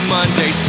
Monday